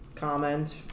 Comment